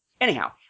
Anyhow